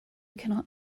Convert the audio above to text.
cannot